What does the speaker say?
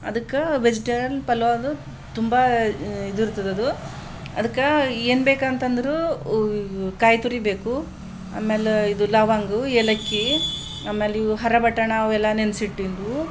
ಅದಕ್ಕೆ ವೆಜಿಟೇಲ್ ಪಲಾವ್ದು ತುಂಬ ಇದಿರ್ತದದು ಅದಕ್ಕೆ ಏನು ಬೇಕಂತಂದ್ರೆ ಕಾಯಿತುರಿ ಬೇಕು ಆಮೇಲೆ ಇದು ಲವಂಗ ಏಲಕ್ಕಿ ಆಮೇಲೆ ಇವು ಹರಾ ಬಟಾಣ ಅವೆಲ್ಲ ನೆನ್ಸಿಟ್ಟಿಂದು